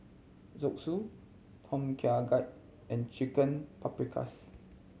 Zosui Tom Kha Gai and Chicken Paprikas